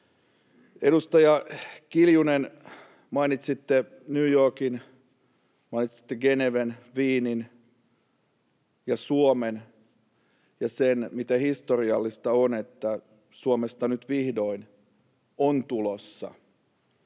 Edustaja Kiljunen, mainitsitte New Yorkin, mainitsitte Geneven, Wienin ja Suomen ja sen, miten historiallista on, että Suomesta nyt vihdoin on tulossa